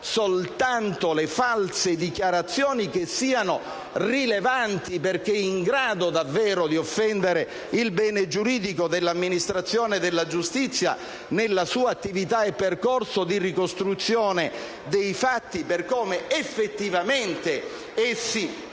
soltanto le false dichiarazioni che siano rilevanti perché davvero in grado di offendere il bene giuridico dell'amministrazione della giustizia nel suo percorso di ricostruzione dei fatti per come effettivamente si